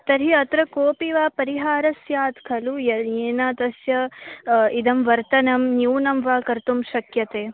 तर्हि अत्र कोपि वा परिहारस्स्यात् खलु यः येन तस्य इदं वर्तनं न्यूनं वा कर्तुं शक्यते